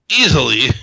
Easily